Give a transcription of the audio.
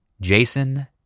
Jason